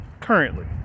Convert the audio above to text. Currently